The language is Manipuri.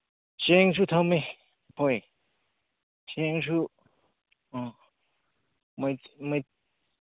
ꯆꯦꯡꯁꯨ ꯊꯝꯃꯤ ꯍꯣꯏ ꯆꯦꯡꯁꯨ ꯑ